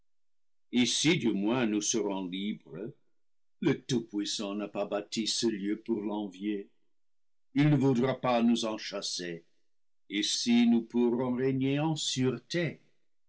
ici du moins nous serons libres le tout-puissant n'a pas bâti ce lieu pour l'envier il ne voudra pas nous en chasser ici nous pourrons régner en